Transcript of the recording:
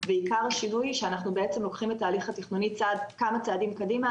ועיקר השינוי שאנחנו בעצם לוקחים את ההליך התכנוני כמה צעדים קדימה,